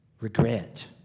regret